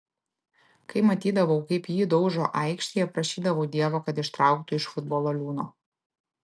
kai matydavau kaip jį daužo aikštėje prašydavau dievo kad ištrauktų iš futbolo liūno